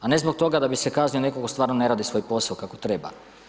A ne zbog toga da bi se kaznio netko tko stvarno ne radi svoj posao kako treba.